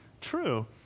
true